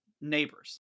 neighbors